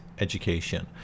education